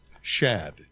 Shad